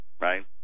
right